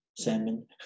salmon